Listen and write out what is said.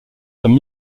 comme